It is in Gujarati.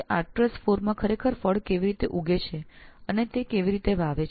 આર્કર્ટસ IV માં ખરેખર ફળ કેવી રીતે ઉગે છે અને તેઓ કેવી રીતે ઉગાડે છે